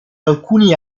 alcuni